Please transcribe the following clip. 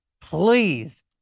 please